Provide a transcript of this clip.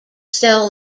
cell